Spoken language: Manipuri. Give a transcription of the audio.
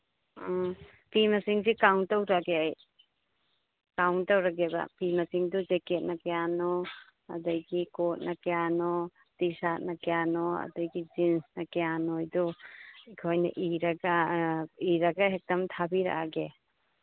ꯎꯝ ꯐꯤ ꯃꯁꯤꯡꯁꯤ ꯀꯥꯎꯟ ꯇꯧꯖꯒꯦ ꯑꯩ ꯀꯥꯎꯟ ꯇꯧꯔꯒꯦꯕ ꯐꯤ ꯃꯁꯤꯡꯗꯨ ꯖꯦꯀꯦꯠꯅ ꯀꯌꯥꯅꯣ ꯑꯗꯒꯤ ꯀꯣꯠꯅ ꯀꯌꯥꯅꯣ ꯇꯤ ꯁꯥꯠꯅ ꯀꯌꯥꯅꯣ ꯑꯗꯒꯤ ꯖꯤꯟꯁꯅ ꯀꯌꯥꯅꯣ ꯍꯥꯏꯕꯗꯨ ꯑꯩꯈꯣꯏꯅ ꯏꯔꯒ ꯍꯦꯛꯇ ꯊꯥꯕꯤꯔꯛꯑꯒꯦ